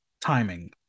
timing